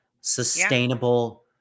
sustainable